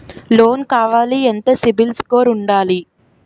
Loan కావాలి ఎంత CIBIL score ఉండాలి?